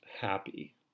happy